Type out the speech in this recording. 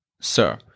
Sir